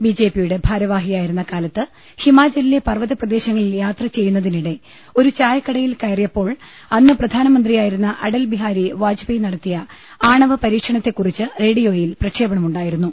ബിജെപിയുടെ ഭാരവാഹിയായിരുന്ന കാലത്ത് ഹിമാചലിലെ പർവ്വത പ്രദേശങ്ങളിൽ യാത്ര ചെയ്യുന്നതിനിടെ ഒരു ചായക്കടയിൽ കയറിയപ്പോൾ അന്ന് പ്രധാനമന്ത്രിയായിരുന്ന അടൽബിഹാരി വാജ്പേയി നടത്തിയ ആണവ പരീക്ഷണത്തെക്കുറിച്ച് റേഡിയോയിൽ പ്രക്ഷേപണം ഉണ്ടായി രുന്നു